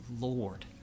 Lord